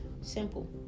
Simple